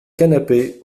canapé